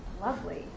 lovely